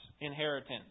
inheritance